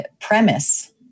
premise